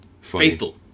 faithful